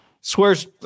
Swears